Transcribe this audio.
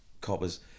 coppers